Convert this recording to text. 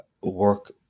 work